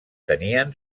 tenien